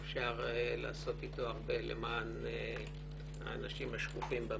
שאפשר לעשות אתו הרבה למען האנשים השקופים במדינה.